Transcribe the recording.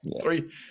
Three